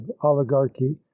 oligarchy